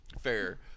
Fair